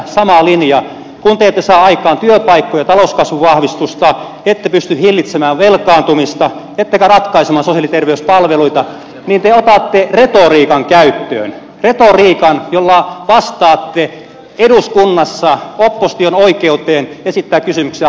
kun te ette saa aikaan työpaikkoja talouskasvun vahvistusta ette pysty hillitsemään velkaantumista ettekä ratkaisemaan sosiaali ja terveyspalveluita niin te otatte retoriikan käyttöön retoriikan jolla vastaatte eduskunnassa opposition oikeuteen esittää kysymyksiä hallitukselle